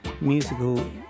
musical